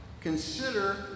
consider